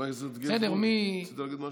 חבר הכנסת גינזבורג, רצית להגיד משהו?